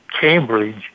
Cambridge